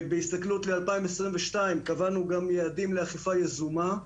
בהסתכלות ל-2022 קבענו גם יעדים לאכיפה יזומה,